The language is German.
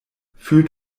fühlt